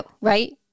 right